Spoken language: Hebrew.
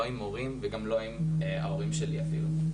לא עם הורים וגם לא עם ההורים שלי אפילו.